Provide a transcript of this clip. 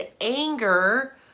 anger